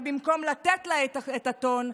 שבמקום לתת לה את הטון,